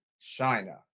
China